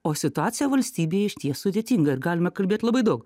o situacija valstybėje išties sudėtinga ir galima kalbėt labai daug